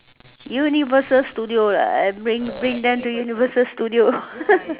universal studios lah I bring bring them to universal studios